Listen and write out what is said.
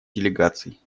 делегаций